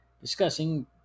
discussing